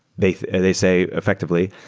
they they say, effectively,